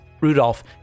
Rudolph